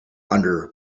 under